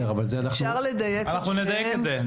אנחנו נדייק את זה.